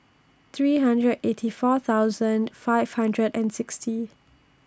three hundred eighty four thousand five hundred and sixty